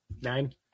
nine